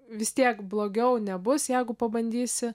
vis tiek blogiau nebus jeigu pabandysi